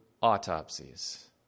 autopsies